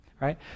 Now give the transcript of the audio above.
right